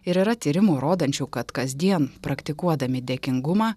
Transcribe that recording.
ir yra tyrimų rodančių kad kasdien praktikuodami dėkingumą